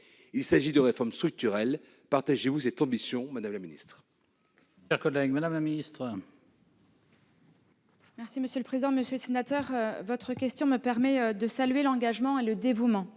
Il s'agit de réformes structurelles ; partagez-vous cette ambition, madame la secrétaire